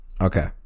Okay